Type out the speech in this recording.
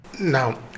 Now